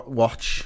watch